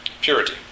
purity